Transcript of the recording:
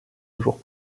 toujours